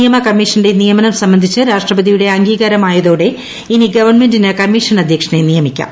നിയമ കമ്മീഷന്റെ നിയമനം സംബന്ധിച്ച് രാഷ്ട്രപതിയുടെ അംഗീകാരമായതോടെ ഇനി ഗവൺമെന്റിന് കമ്മീഷൻ അധ്യക്ഷനെ നിയമിക്കാം